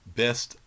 best